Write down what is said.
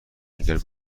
جنگل